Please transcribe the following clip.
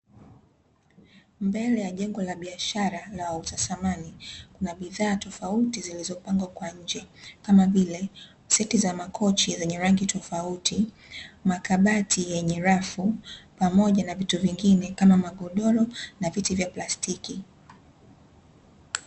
Mbele ya jengo la biashara la wauza samani kuna bidhaa tofauti zilizo pangwa kwa nje, kama vile seti za makochi zenye rangi tofauti, makabati yenye rafu, pamoja na vitu vingine kama magodoro na viti vya plastiki.